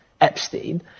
Epstein